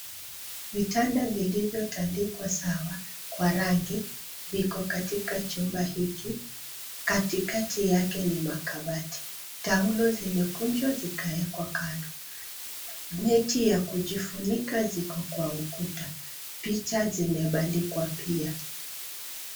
Vitanda vilivyo tandikwa sawa kwa rangi viko katika chumba hiki. Katikati yake ni makabati. Taulo zimekunjwa zikawekwa kando neti za kujifunika ziko kwenye ukuta. Picha zimebandikwa pia.